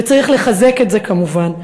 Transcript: וצריך לחזק את זה כמובן.